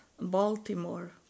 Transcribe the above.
Baltimore